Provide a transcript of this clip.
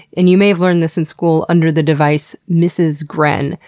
and you may have learned this in school, under the device mrs gren,